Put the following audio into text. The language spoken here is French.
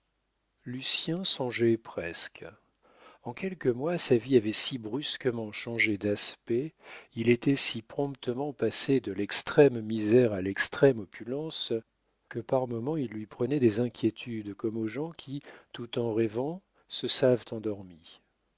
songes lucien songeait presque en quelques mois sa vie avait si brusquement changé d'aspect il était si promptement passé de l'extrême misère à l'extrême opulence que par moments il lui prenait des inquiétudes comme aux gens qui tout en rêvant se savent endormis